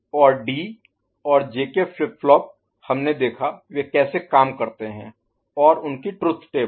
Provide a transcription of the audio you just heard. और डी और JK flip flop हमने देखा वे कैसे काम करते हैं और उनकी ट्रुथ टेबल